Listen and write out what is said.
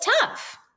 tough